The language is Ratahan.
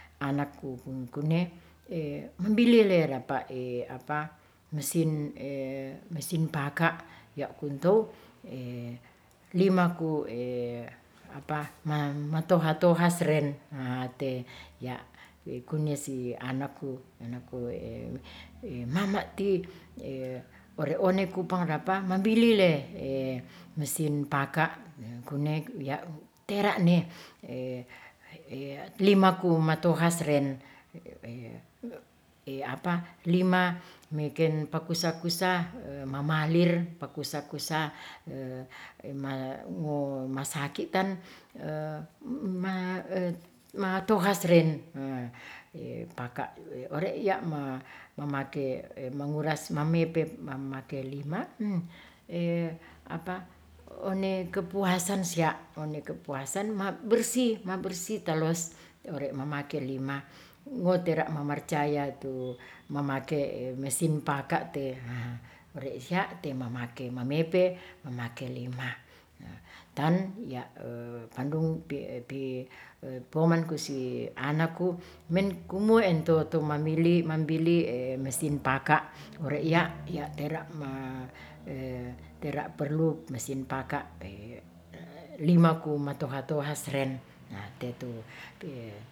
Anaku kung kune mbilele rapae mesin paka' ya' kuntow limaku matoha-toha sren ate ya' kunesi anaku, anaku mama ti ore' one kupang rapa mabilile mesin paka' kune ya' tera ne limaku matohasren lima meken pakusa kusa mamalir pakusa kusa ngomasaki ten matohas ren paka' ore' ya' mamake manguras mamepe mamake lima, one kepuasan sia, one kepuasan ma bersih ma bersih taluas ore' mamake lima ngotera' mamarcaya itu mamake mesin paka' te haa ore' sia te mamake mamepe mamake lima. ton ya' pandung pi pi pomanku si anaku menkumu ento tu mambili mambili mesin paka' ore' ya' tera ma tera perlu mesin paka' limaku matoha toha sren na te tu.